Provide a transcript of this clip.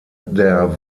der